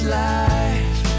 life